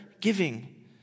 giving